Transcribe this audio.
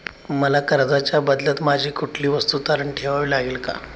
मला कर्जाच्या बदल्यात माझी कुठली वस्तू तारण ठेवावी लागेल का?